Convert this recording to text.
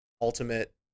ultimate